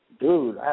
dude